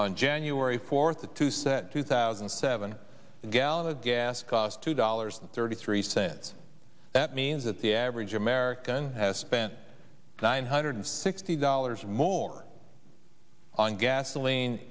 on january fourth a two cent two thousand and seven gallon of gas cost two dollars and thirty three cents that means that the average american has spent nine hundred sixty dollars more on gasoline